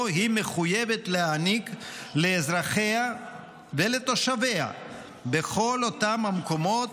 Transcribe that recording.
היא מחויבת להעניק לאזרחיה ולתושביה בכל אותם מקומות